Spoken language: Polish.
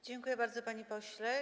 Dziękuje bardzo, panie pośle.